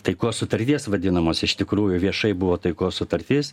taikos sutarties vadinamos iš tikrųjų viešai buvo taikos sutartis